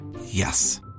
Yes